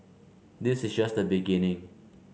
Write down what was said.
this is just the beginning